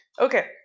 Okay